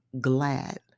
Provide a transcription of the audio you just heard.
glad